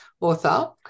author